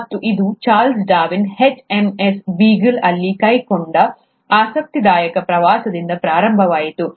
ಮತ್ತು ಇದು Charles Darwin HMS Beagle ಅಲ್ಲಿ ಕೈಗೊಂಡ ಈ ಆಸಕ್ತಿದಾಯಕ ಪ್ರವಾಸದಿಂದ ಪ್ರಾರಂಭವಾಯಿತು